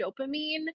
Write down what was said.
dopamine